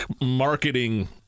marketing